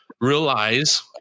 realize